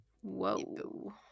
Whoa